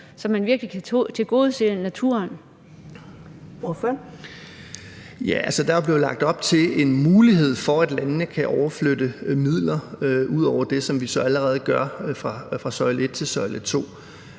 Jensen (V): Ja, altså, der er jo blevet lagt op til en mulighed for, at landene kan overflytte midler ud over det, som vi så allerede overflytter fra søjle 1 til søjle 2.